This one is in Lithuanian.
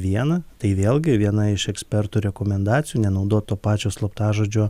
vieną tai vėlgi viena iš ekspertų rekomendacijų nenaudot to pačio slaptažodžio